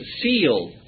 sealed